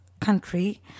country